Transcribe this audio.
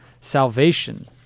salvation